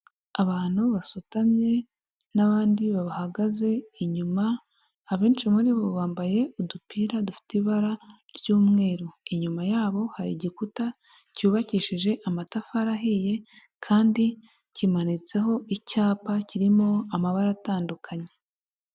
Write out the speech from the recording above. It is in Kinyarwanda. Abantu basutamye n'abandi bahagaze inyuma, abenshi muri bo bambaye udupira dufite ibara ry'umweru, inyuma yabo hari igikuta cyubakishije amatafari ahiye kandi kimanitseho icyapa kirimo amabara atandukanye.